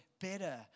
better